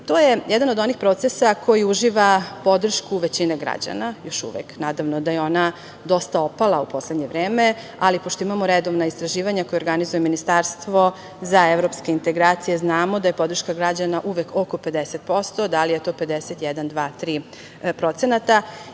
To je jedan od onih procesa koji uživa podršku većine građana još uvek. Naravno da je ona dosta opala u poslednje vreme, ali pošto imamo redovna istraživanja koja organizuje Ministarstvo za evropske integracije znamo da je podrška građana uvek oko 50%, da li je to 51,52, 53%